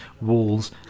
walls